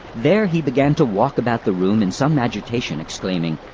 there he began to walk about the room in some agitation, exclaiming,